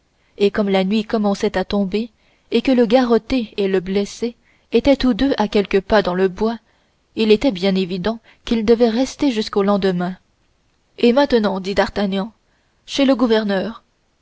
et comme la nuit commençait à tomber et que le garrotté et le blessé étaient tous deux à quelques pas dans le bois il était évident qu'ils devaient rester jusqu'au lendemain et maintenant dit d'artagnan chez le gouverneur